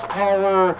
power